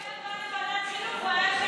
אם הוא היה בא לוועדת חינוך הוא היה,